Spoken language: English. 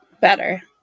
better